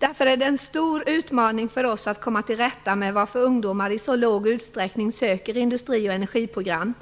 Därför är det en stor utmaning för oss att komma till rätta med att ungdomar i så låg utsträckning söker till industri och energiprogrammen.